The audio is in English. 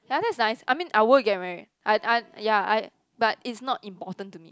ya that's nice I mean I would get married I I ya I but it's not important to me